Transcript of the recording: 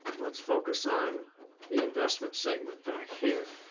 let's focus on the investment segment back here.